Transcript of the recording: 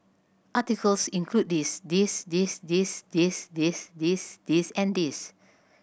articles include this this this this this this this this and this